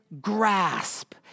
grasp